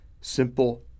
simple